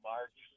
March